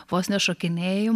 vos nešokinėjimo